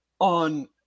on